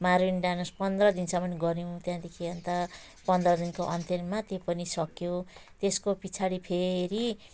Maruni dance पन्ध्र दिनसम्म गऱ्यौँ त्यहाँदेखि अन्त पन्ध्र दिनको अन्त्यमा त्यो पनि सकियो त्यसको पछाडि फेरि